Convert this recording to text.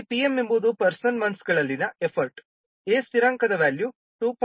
ಇಲ್ಲಿ pm ಎಂಬುದು person ಮಂತ್ಸ್ಗಳಲ್ಲಿನ ಎಫರ್ಟ್ A ಸ್ಥಿರಾಂಕದ ವ್ಯಾಲ್ಯೂ 2